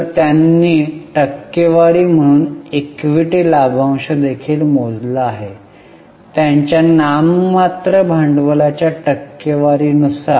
तर त्यांनी टक्केवारी म्हणून ईक्विटी लाभांश देखील मोजला आहे त्यांच्या नाममात्र भांडवलाच्या टक्केवारी नुसार